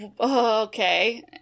Okay